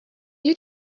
you